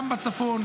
גם בצפון,